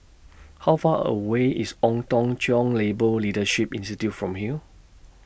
How Far away IS Ong Tong Cheong Labour Leadership Institute from here